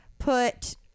put